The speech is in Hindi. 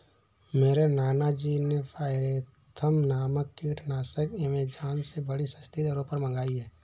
मेरे नाना जी ने पायरेथ्रम नामक कीटनाशक एमेजॉन से बड़ी सस्ती दरों पर मंगाई है